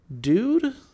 Dude